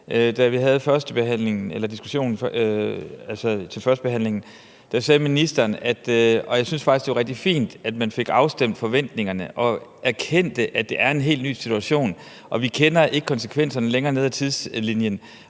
– og det synes jeg faktisk var rigtig fint – at man fik afstemt forventningerne og erkendte, at det er en helt ny situation. Vi kender ikke konsekvenserne længere ud ad tidslinjen.